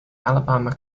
alabama